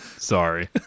Sorry